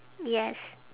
yes